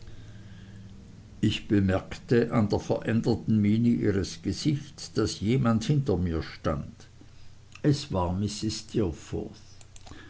ich bemerkte an der veränderten miene ihres gesichtes daß jemand hinter mir stand es war mrs